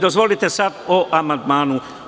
Dozvolite sad o ovom amandmanu.